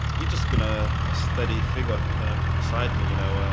he's just been a ah steady figure beside me. you know